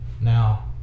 Now